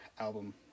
album